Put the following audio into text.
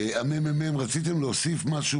הממ"מ, רציתם להוסיף משהו